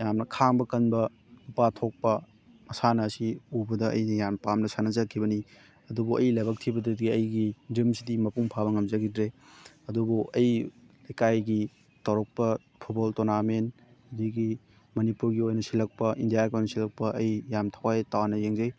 ꯌꯥꯝꯅ ꯈꯥꯡꯕ ꯀꯟꯕ ꯅꯨꯄꯥ ꯊꯣꯛꯄ ꯃꯁꯥꯟꯅ ꯑꯁꯤ ꯎꯕꯗ ꯑꯩꯗꯤ ꯌꯥꯝꯅ ꯄꯥꯝꯅ ꯁꯥꯟꯅꯖꯈꯤꯕꯅꯤ ꯑꯗꯨꯕꯨ ꯑꯩ ꯂꯥꯏꯕꯛ ꯊꯤꯕꯗꯗꯤ ꯑꯩꯒꯤ ꯗ꯭ꯔꯤꯝꯁꯤꯗꯤ ꯃꯄꯨꯡ ꯐꯥꯕ ꯉꯝꯖꯈꯤꯗ꯭ꯔꯦ ꯑꯗꯨꯕꯨ ꯑꯩ ꯂꯩꯀꯥꯏꯒꯤ ꯇꯧꯔꯛꯄ ꯐꯨꯠꯕꯣꯜ ꯇꯣꯔꯅꯃꯦꯟ ꯑꯗꯒꯤ ꯃꯅꯤꯄꯨꯔꯒꯤ ꯑꯣꯏꯅ ꯁꯤꯜꯂꯛꯄ ꯏꯟꯗꯤꯌꯥꯒꯤ ꯑꯣꯏꯅ ꯁꯤꯜꯂꯛꯄ ꯑꯩ ꯌꯥꯝ ꯊꯋꯥꯏ ꯇꯥꯅ ꯌꯦꯡꯖꯩ